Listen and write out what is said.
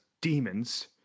demons